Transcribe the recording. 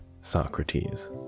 Socrates